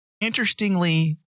Interestingly